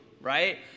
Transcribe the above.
right